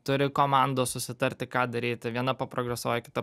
turi komandos susitarti ką daryti viena progresuoja kita